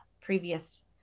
previous